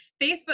Facebook